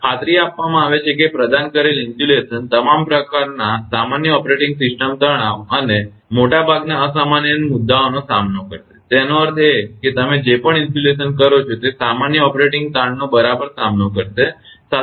ખાતરી આપવામાં આવે છે કે પ્રદાન કરેલ ઇન્સ્યુલેશન તમામ સામાન્ય ઓપરેટિંગ તણાવ અને મોટાભાગના અસામાન્ય મુદ્દાનો સામનો કરશે તેનો અર્થ એ કે તમે જે પણ ઇન્સ્યુલેશન કરો છો તે સામાન્ય ઓપરેટિંગ તાણનો બરાબર સામનો કરશે